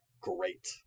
great